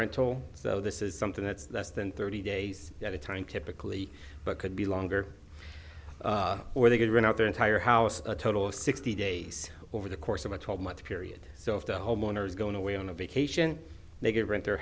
rental so this is something that's less than thirty days at a time typically but could be longer or they could rent out their entire house a total of sixty days over the course of a twelve month period so if the homeowner is going away on a vacation negative rent their